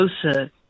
closer